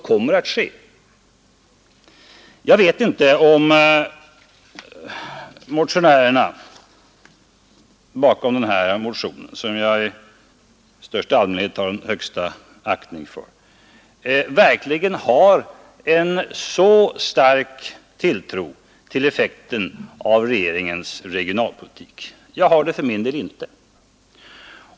Forskning FORT Jag vet inte om motionärerna bakom denna motion, som jag i största samhällsplaneringsallmänhet har mycket stor aktning för, verkligen har så stark tilltro till frågor effekten av regeringens regionalpolitik. För min del har jag det inte.